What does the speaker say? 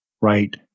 Right